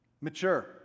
Mature